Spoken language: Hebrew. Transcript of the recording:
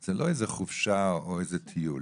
זה לא איזו חופשה או טיול.